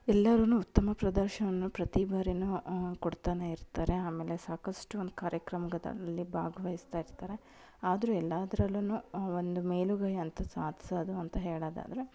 ಎಲ್ಲರು ಉತ್ತಮ ಪ್ರದರ್ಶನನ್ನು ಪ್ರತಿ ಬಾರಿನೂ ಕೊಡ್ತನೇ ಇರ್ತಾರೆ ಆಮೇಲೆ ಸಾಕಷ್ಟು ಒಂದು ಕಾರ್ಯಕ್ರಮದಲ್ಲಿ ಭಾಗವಹಿಸ್ತಾ ಇರ್ತಾರೆ ಆದರೂ ಎಲ್ಲಾದ್ರಲ್ಲು ಒಂದು ಮೇಲುಗೈ ಅಂತ ಸಾಧ್ಸೋದು ಅಂತ ಹೇಳೋದಾದ್ರೆ